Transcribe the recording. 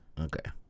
Okay